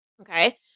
okay